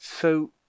So